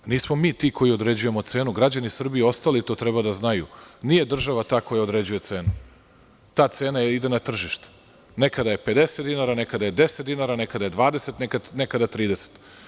Nismo mi ti koji određujemo cenu, građani Srbije i ostali to treba da znaju, nije država ta koja određuje cenu, ta cena ide na tržište, nekada je 50 dinara, nekada je 10 dinara, nekada je 20, nekada 30.